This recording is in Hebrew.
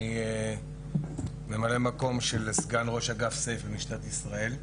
אני ממלא מקום של סגן ראש אגף "סייף" במשטרת ישראל.